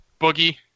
Boogie